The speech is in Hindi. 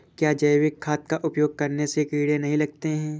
क्या जैविक खाद का उपयोग करने से कीड़े नहीं लगते हैं?